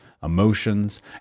emotions